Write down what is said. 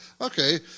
okay